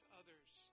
others